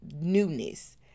newness